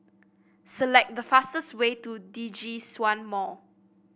select the fastest way to Djitsun Mall